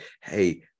hey